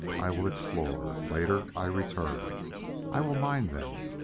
i will explore later i return i will mine them.